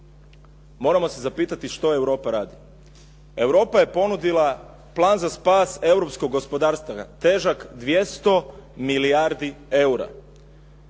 Moramo se zapitati što Europa radi. Europa je ponudila plan za spas europskog gospodarstva težak 200 milijardi eura,